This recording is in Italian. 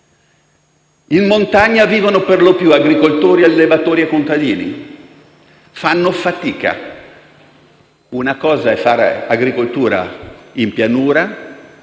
In montagna vivono per lo più agricoltori, allevatori e contadini e fanno fatica. Una cosa è fare agricoltura in pianura,